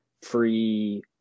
free